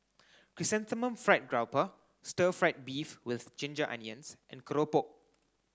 chrysanthemum fried grouper stir fry beef with ginger onions and Keropok